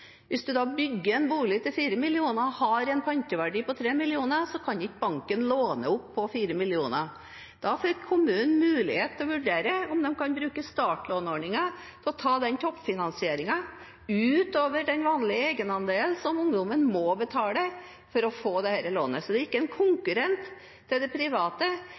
Hvis man bygger en bolig til 4 mill. kr, som har en panteverdi på 3 mill. kr, kan ikke banken låne opp på 4 mill. kr. Da får kommunen mulighet til å vurdere om de kan bruke startlånordningen til å ta den toppfinansieringen utover den vanlige egenandelen som ungdommen må betale for å få dette lånet. Så det er ikke en konkurrent til det private,